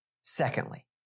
secondly